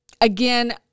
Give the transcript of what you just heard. again